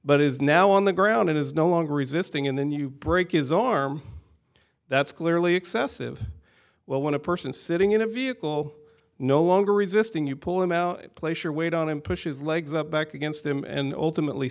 but is now on the ground it is no longer resisting and then you break his arm that's clearly excessive well when a person sitting in a vehicle no longer resisting you pull him out place your weight on him push his legs up back against him and ultimately